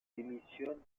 démissionne